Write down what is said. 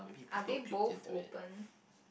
are they both open